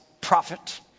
prophet